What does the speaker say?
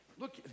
Look